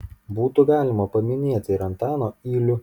būtų galima paminėti ir antaną ylių